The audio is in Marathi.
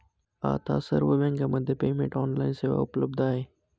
आता सर्व बँकांमध्ये पेमेंट ऑनलाइन सेवा उपलब्ध आहे